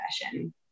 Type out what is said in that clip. profession